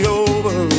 over